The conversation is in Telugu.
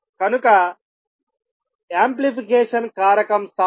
కనుకయాంప్లిఫికేషన్ కారకం సార్లు